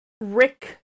Rick